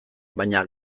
baina